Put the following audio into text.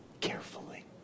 carefully